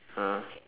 ah